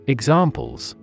Examples